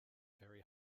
very